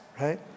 right